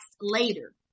later